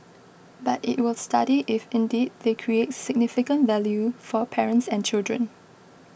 but it will study if indeed they create significant value for parents and children